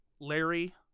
Larry